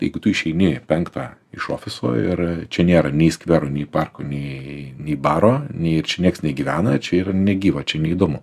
tai jeigu tu išeini penktą iš ofiso ir čia nėra nei skvero nei parko nei nei baro nei ir čia nieks negyvena čia yra negyva čia neįdomu